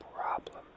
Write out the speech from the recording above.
problem